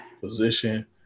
position